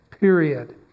Period